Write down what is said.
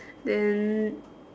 then